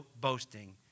boasting